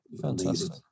Fantastic